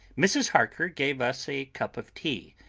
mrs. harker gave us a cup of tea,